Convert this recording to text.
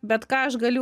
bet ką aš galiu